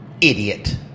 idiot